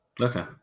Okay